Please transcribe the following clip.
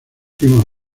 primos